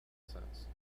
sense